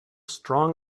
strong